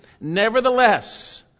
Nevertheless